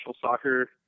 soccer